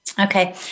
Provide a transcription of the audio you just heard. Okay